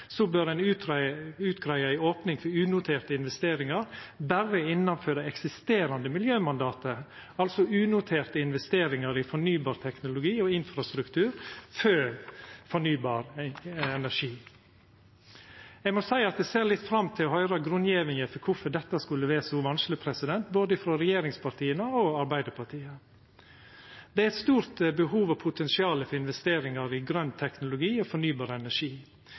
bør ein greia ut ei opning for unoterte investeringar berre innanfor det eksisterande miljømandatet, altså unoterte investeringar i fornybar teknologi og infrastruktur for fornybar energi. Eg må seia at eg ser fram til å høyra grunngjevinga for kvifor dette skulle vera så vanskeleg – både frå regjeringspartia og frå Arbeidarpartiet. Det er eit stort behov og potensial for investeringar i grøn teknologi og fornybar energi.